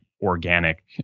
organic